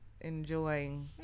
enjoying